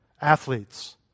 athletes